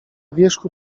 wierzchu